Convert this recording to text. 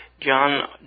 John